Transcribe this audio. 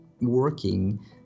working